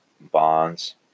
bonds